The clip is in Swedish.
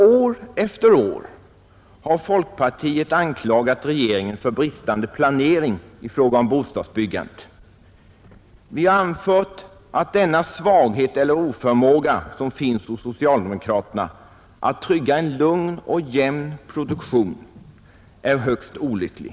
År efter år har folkpartiet anklagat regeringen för bristande planering i fråga om bostadsbyggandet. Vi har anfört att den svaghet eller oförmåga som finns hos socialdemokraterna när det gäller att trygga en lugn och jämn produktion är högst olycklig.